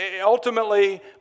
ultimately